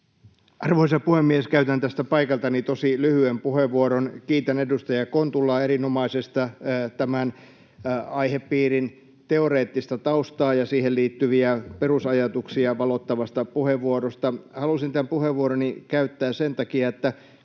Arvoisa puhemies! Käytän tästä paikaltani tosi lyhyen puheenvuoron. Kiitän edustaja Kontulaa erinomaisesta tämän aihepiirin teoreettista taustaa ja siihen liittyviä perusajatuksia valottavasta puheenvuorosta. Halusin tämän puheenvuoroni käyttää sen takia, että